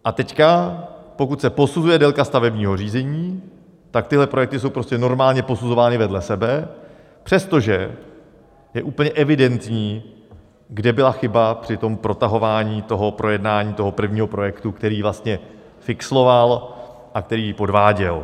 A teď, pokud se posuzuje délka stavebního řízení, tak tyhle projekty jsou prostě normálně posuzovány vedle sebe, přestože je úplně evidentní, kde byla chyba při protahování projednání toho prvního projektu, který vlastně fixloval a který podváděl.